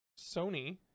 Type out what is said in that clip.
Sony